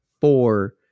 four